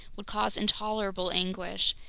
would cause intolerable anguish,